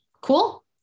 Cool